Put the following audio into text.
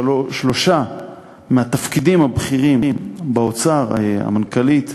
שלושה מהתפקידים הבכירים באוצר: המנכ"לית,